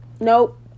Nope